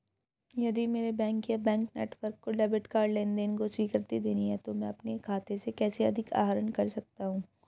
यदि मेरे बैंक या बैंक नेटवर्क को डेबिट कार्ड लेनदेन को स्वीकृति देनी है तो मैं अपने खाते से कैसे अधिक आहरण कर सकता हूँ?